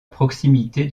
proximité